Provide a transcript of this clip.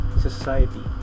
society